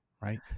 right